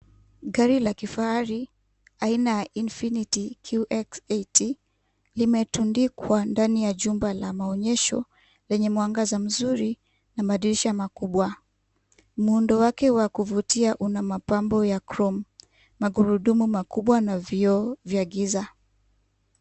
Gari la kifahari aina ya Infinity QX80 limetundikwa ndani ya jumba la maonyesho lenye mwangaza mzuri na madirisha makubwa. Muundo wake wa kuvutia una mapambo ya chrome , magurudumu makubwa na vioo vya giza.